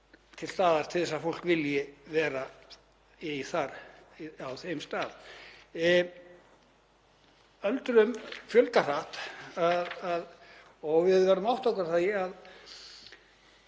til staðar til þess að fólk vilji vera á þeim stað. Öldruðum fjölgar hratt og við verðum að átta okkur á því að